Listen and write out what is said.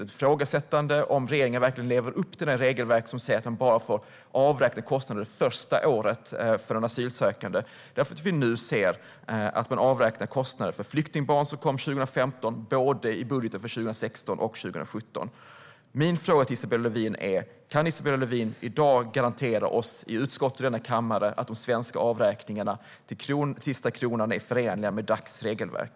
Det ifrågasätts om regeringen verkligen lever upp till det regelverk som säger att man bara får avräkna kostnader för en asylsökande första året, eftersom vi ser att man avräknar kostnader för flyktingbarn som kom 2015 i både 2016 och 2017 års budget. Kan Isabella Lövin i dag i denna kammare garantera oss i utskottet att de svenska avräkningarna till sista kronan är förenliga med Dacs regelverk?